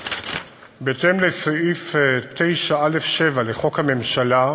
בהתאם לסעיף 9(א)(7) לחוק הממשלה,